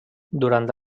durant